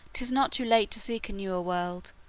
tis not too late to seek a newer world.